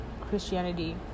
christianity